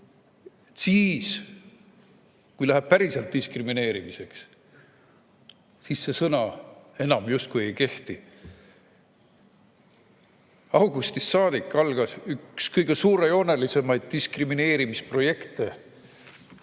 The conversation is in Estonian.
Siis, kui läheb päriselt diskrimineerimiseks, see sõna enam justkui ei kehti. Augustis algas üks kõige suurejoonelisemaid diskrimineerimisprojekte,